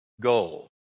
goal